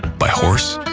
by horse,